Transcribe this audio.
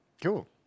Cool